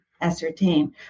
ascertain